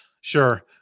sure